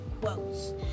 quotes